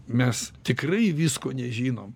mes tikrai visko nežinom